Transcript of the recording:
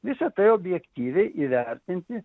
visa tai objektyviai įvertinti